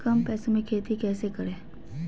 कम पैसों में खेती कैसे करें?